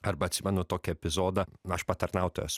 arba atsimenu tokį epizodą aš patarnautojas